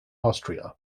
austria